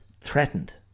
threatened